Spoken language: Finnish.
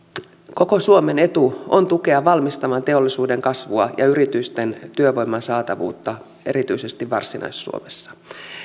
koko suomen etu on tukea valmistavan teollisuuden kasvua ja yritysten työvoiman saatavuutta erityisesti varsinais suomessa